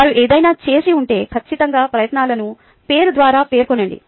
వారు ఏదైనా చేసి ఉంటే ఖచ్చితంగా ప్రయత్నాలను పేరు ద్వారా పేర్కొనండి